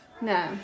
No